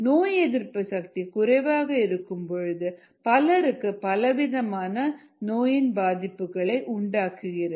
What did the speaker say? நோய் எதிர்ப்பு சக்தி குறைவாக இருக்கும் பொழுது பலருக்கு பலவிதமான நோயின் பாதிப்புகள் உண்டாகிறது